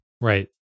Right